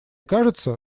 кажется